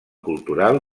cultural